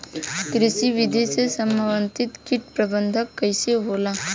कृषि विधि से समन्वित कीट प्रबंधन कइसे होला?